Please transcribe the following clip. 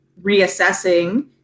reassessing